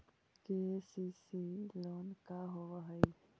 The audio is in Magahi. के.सी.सी लोन का होब हइ?